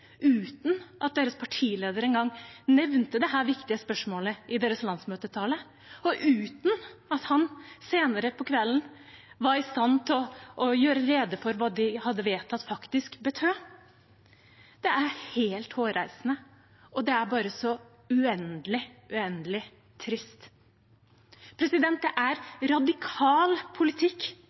uten at deres partileder engang nevnte dette viktige spørsmålet i sin landsmøtetale, og uten at han senere på kvelden var i stand til å gjøre rede for hva det de hadde vedtatt, faktisk betød. Det er helt hårreisende, og det er bare så uendelig, uendelig trist. Det er radikal politikk